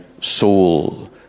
soul